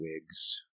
wigs